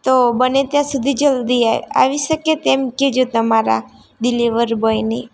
તો બને ત્યાં સુધી જલ્દી આવી શકે તેમ કહેજો તમારા ડિલેવરી બોયને